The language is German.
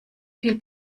viel